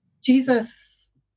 jesus